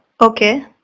Okay